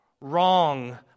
wrong